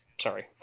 sorry